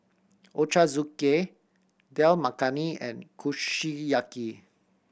Ochazuke Dal Makhani and Kushiyaki